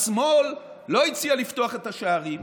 השמאל לא הציע לפתוח את השערים?